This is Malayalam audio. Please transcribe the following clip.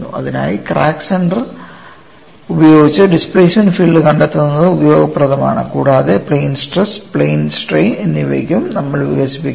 അതിനായി ക്രാക്ക് സെന്റർ ഉപയോഗിച്ച് ഡിസ്പ്ലേമെൻറ് ഫീൽഡ് കണ്ടെത്തുന്നത് ഉപയോഗപ്രദമാണ് കൂടാതെ പ്ലെയിൻ സ്ട്രെസ് പ്ലെയിൻ സ്ട്രെയിൻ എന്നിവയ്ക്കും നമ്മൾ വികസിപ്പിക്കും